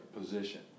position